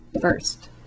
first